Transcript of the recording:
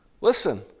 Listen